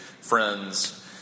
friends